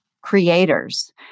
creators